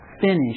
finish